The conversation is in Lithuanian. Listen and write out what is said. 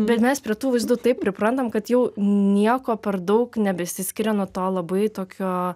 bet mes prie tų vaizdų taip priprantam kad jau nieko per daug nebesiskiria nuo to labai tokio